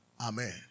Amen